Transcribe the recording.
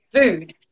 food